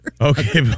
Okay